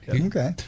Okay